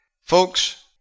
Folks